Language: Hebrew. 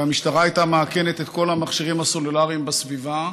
והמשטרה הייתה מאכנת את כל המכשירים הסלולריים בסביבה,